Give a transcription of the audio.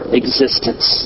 existence